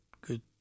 good